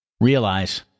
Realize